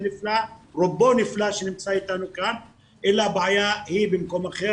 רוב נפלא שנמצא איתנו כאן אלא הבעיה היא במקום אחר.